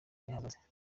yahagaze